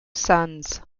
sons